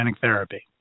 therapy